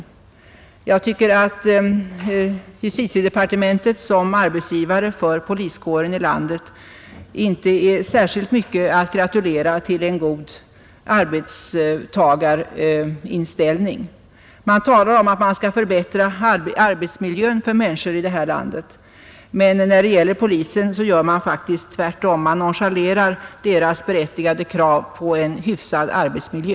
motas Säl Nr Jag tycker att justitiedepartementet som arbetsgivare för poliskåren i Ersättning för perlandet inte är särskilt mycket att gratulera till en god arbetstagarinställsonskador på grund ning. Man talar om att man skall förbättra arbetsmiljön för människor i av brott vårt land, men när det gäller polisen gör man faktiskt tvärtom. Man nonchalerar polisens berättigade krav på en hyfsad arbetsmiljö.